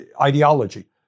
ideology